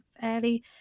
fairly